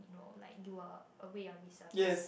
no like do a a way of reservice